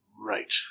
Right